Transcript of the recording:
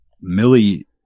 Millie